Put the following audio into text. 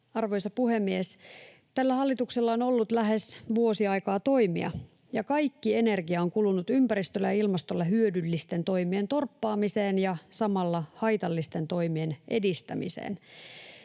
Arvoisa puhemies! Tällä hallituksella on ollut lähes vuosi aikaa toimia, ja kaikki energia on kulunut ympäristölle ja ilmastolle hyödyllisten toimien torppaamiseen ja samalla haitallisten toimien edistämiseen.